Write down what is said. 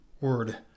word